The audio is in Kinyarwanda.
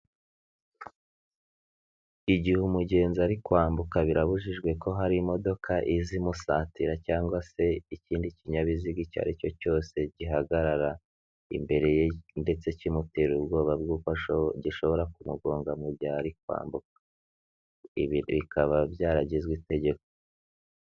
Igihe umugenzi ari kwambuka birabujijwe ko hari imodoka iza imusatira cyangwa se ikindi kinyabiziga icyo ari cyo cyose gihagarara imbere ye, ndetse kimutera ubwoba bw'uko gishobora kumugonga mu gihe kwambuka, ibi bikaba byaragizwe itegeko.